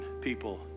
people